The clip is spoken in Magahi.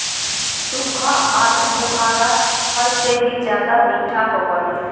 सूखा आलूबुखारा फल से भी ज्यादा मीठा होबो हइ